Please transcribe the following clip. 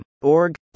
Org